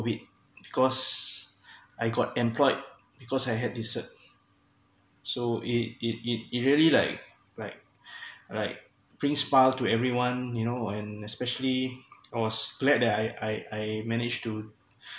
COVID because I got employed because I had the cert so it it it really like like bring smile to everyone you know and especially I was glad that I I I managed to